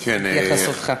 התייחסותך.